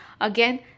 Again